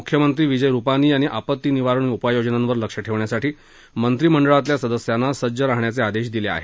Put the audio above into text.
मुख्यमंत्री विजय रुपानी यांनी आपत्ती निवारण उपाययोजनांवर लक्ष ठेवण्यासाठी मंत्रीमंडळातल्या सदस्यांना सज्ज राहण्याचे आदेश दिले आहेत